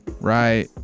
right